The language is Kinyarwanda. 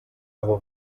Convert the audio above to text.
aba